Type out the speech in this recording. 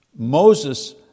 Moses